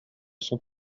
sont